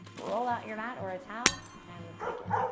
roll out your mat or a towel and let's begin.